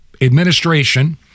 administration